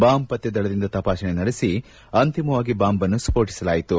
bomb ಪತ್ತೆ ದಳದಿಂದ ತಪಾಸಣೆ ನಡೆಸಿ ಅಂತಿಮವಾಗಿ ಬಾಂಬನ್ನು ಸ್ಟೋಟಿಸಿಲಾಯಿತು